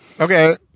okay